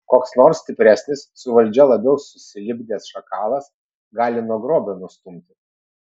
koks nors stipresnis su valdžia labiau susilipdęs šakalas gali nuo grobio nustumti